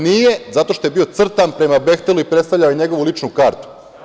Nije, zato što je bio crtan prema „Behtelu“ i predstavljao je njegovu ličnu kartu.